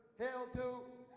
hail to